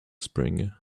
spring